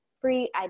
free